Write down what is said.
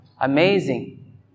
Amazing